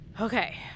Okay